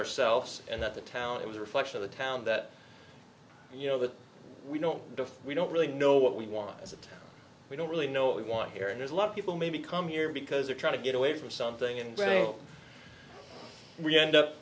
ourselves and that the town it was a reflection of the town that you know that we know we don't really know what we want is that we don't really know what we want here and there's a lot of people maybe come here because they're trying to get away from something and rail we end up